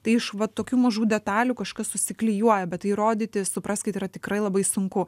tai iš vat tokių mažų detalių kažkas susiklijuoja bet įrodyti supraskit yra tikrai labai sunku